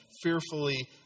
fearfully